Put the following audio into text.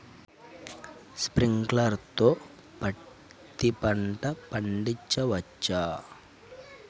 Sprinkler తో పత్తి పంట పండించవచ్చా?